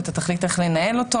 ואתה תחליט איך לנהל אותו.